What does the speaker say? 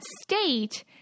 state